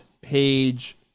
page